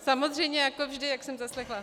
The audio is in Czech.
Samozřejmě jako vždy, jak jsem zaslechla.